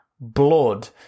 blood